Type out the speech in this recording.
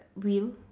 wheel